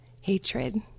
hatred